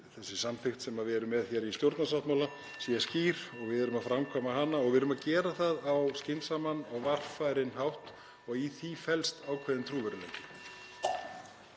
þessi samþykkt sem við erum með í stjórnarsáttmála (Forseti hringir.) sé skýr og við erum að framkvæma hana og við erum að gera það á skynsamlegan og varfærinn hátt og í því felst ákveðinn trúverðugleiki.